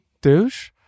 douche